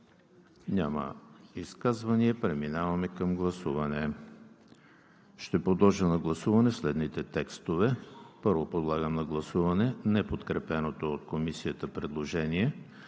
ли изказвания? Няма. Преминаваме към гласуване. Ще подложа на гласуване следните текстове: първо подлагам на гласуване неподкрепеното от Комисията предложение